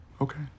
Okay